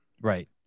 Right